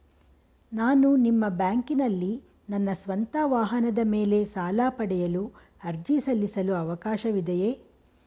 ನಾನು ನಿಮ್ಮ ಬ್ಯಾಂಕಿನಲ್ಲಿ ನನ್ನ ಸ್ವಂತ ವಾಹನದ ಮೇಲೆ ಸಾಲ ಪಡೆಯಲು ಅರ್ಜಿ ಸಲ್ಲಿಸಲು ಅವಕಾಶವಿದೆಯೇ?